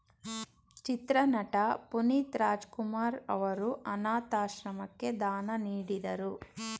ಚಿತ್ರನಟ ಪುನೀತ್ ರಾಜಕುಮಾರ್ ಅವರು ಅನಾಥಾಶ್ರಮಕ್ಕೆ ದಾನ ನೀಡಿದರು